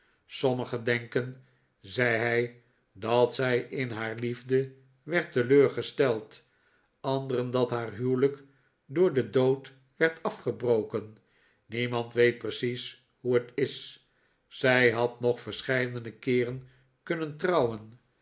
sommigen denken zei hij dat zij in haar liefde werd teleurgesteld anderen dat haar huwelijk door den dood werd afgebroken niemand weet precies hoe het is zii had nog verscheidene keeren kunnen trouwen